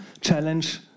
challenge